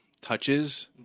touches